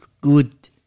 good